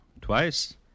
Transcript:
twice